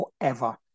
forever